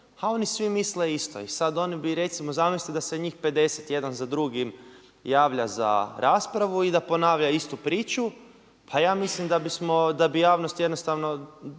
a oni svi misle isto. I sada oni bi, recimo zamislite da se njih 50 jedan za drugim javlja za raspravu i da ponavlja istu priču, pa ja mislim da bi javnost jednostavno